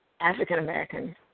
African-American